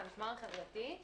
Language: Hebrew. אני מהמשמר החברתי.